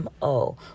mo